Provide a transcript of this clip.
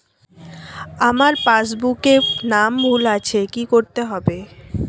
আমার পাসবুকে নাম ভুল আছে কি করতে হবে?